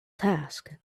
task